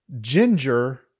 ginger